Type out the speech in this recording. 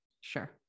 Sure